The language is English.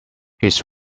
his